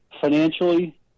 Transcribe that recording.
financially